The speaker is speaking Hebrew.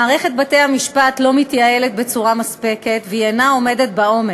מערכת בתי-המשפט לא מתייעלת בצורה מספקת ואינה עומדת בעומס.